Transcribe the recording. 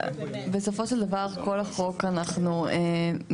בסופו של דבר כל החוק כאן אנחנו משתמשים